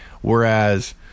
Whereas